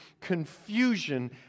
confusion